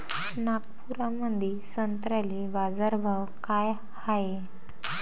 नागपुरामंदी संत्र्याले बाजारभाव काय हाय?